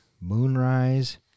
Moonrise